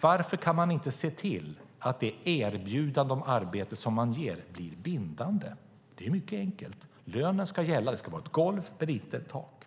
Varför kan ni inte se till att det erbjudande om arbete som ges blir bindande? Det är mycket enkelt. Lönen ska gälla. Det ska vara ett golv men inte ett tak.